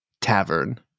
tavern